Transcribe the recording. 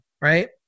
right